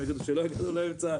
הם יגידו שלא הגענו לאמצע,